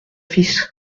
fils